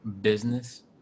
business